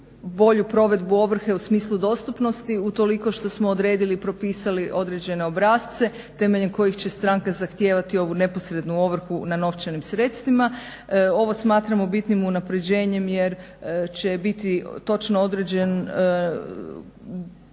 bolju provedbu ovrhe u smislu dostupnosti utoliko što smo odredili, propisali određene obrasce temeljem kojih će stranke zahtijevati ovu neposrednu ovrhu nad novčanim sredstvima. Ovo smatramo bitnim unapređenjem jer će biti točno određen